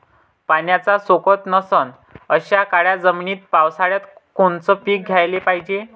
पाण्याचा सोकत नसन अशा काळ्या जमिनीत पावसाळ्यात कोनचं पीक घ्याले पायजे?